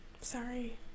Sorry